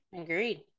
Agreed